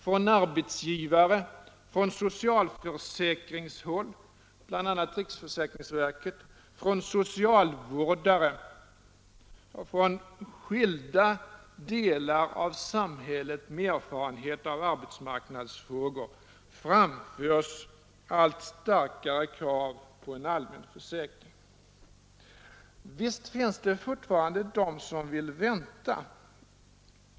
Från arbetsgivare, socialförsäkringshåll — bl.a. riksförsäkringsverket —, från socialvårdare och från skilda delar av samhället med erfarenhet av arbetsmarknadsfrågor framförs allt starkare krav på en allmän försäkring. Visst finns det fortfarande de som vill vänta.